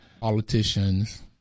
politicians